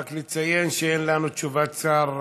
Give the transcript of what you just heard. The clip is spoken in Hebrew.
רק נציין שאין לנו תשובת שר,